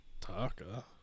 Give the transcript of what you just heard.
Taka